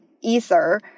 Ether